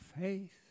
faith